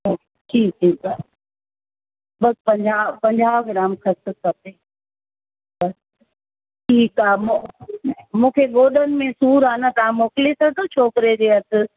ठीकु आहे बसि पंजाह पंजाह ग्राम खसखस खपे बसि ठीकु आहे मु मूंखे गोॾनि में सूरु आहे न तव्हां मोकिली छॾींदा न छोकिरे जे हथ